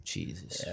Jesus